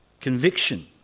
conviction